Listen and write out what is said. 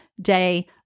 day